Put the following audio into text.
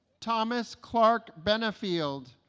thomas clark benfield